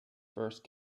first